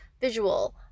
visual